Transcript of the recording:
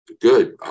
good